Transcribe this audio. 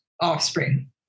offspring